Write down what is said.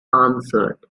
answered